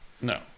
No